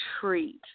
treat